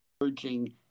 emerging